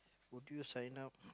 would you sign up